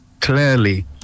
clearly